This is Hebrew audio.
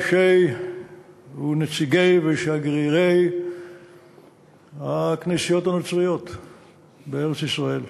אנשי ונציגי ושגרירי הכנסיות הנוצריות בארץ-ישראל,